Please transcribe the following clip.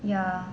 ya